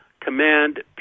command